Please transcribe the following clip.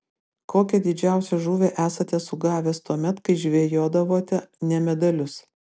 kokią didžiausią žuvį esate sugavęs tuomet kai žvejodavote ne medalius